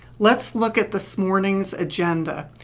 let's look at this morning's agenda.